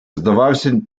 здавався